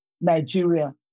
Nigeria